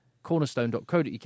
cornerstone.co.uk